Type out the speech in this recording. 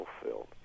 fulfilled